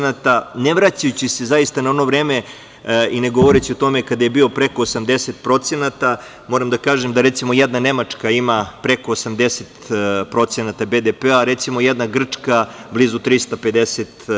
Ne vraćajući se zaista na ono vreme i ne govoreći o tome kada je bio preko 80%, moram da kažem da, recimo, jedna Nemačka ima preko 80% BDP-a, a, recimo, jedna Grčka blizu 350%